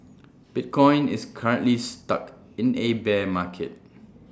bitcoin is currently stuck in A bear market